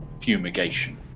fumigation